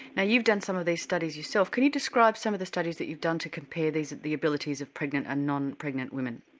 now you've done some of these studies yourself can you describe some of the studies that you've done to compare the abilities of pregnant and non-pregnant women.